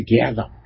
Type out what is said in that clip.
together